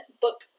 book